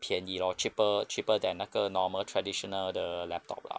便宜 lor cheaper cheaper than 那个 normal traditional 的 laptop lah